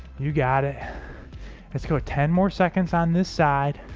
you got it let's go ten more seconds on this side